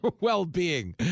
well-being